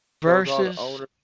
Versus